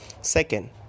Second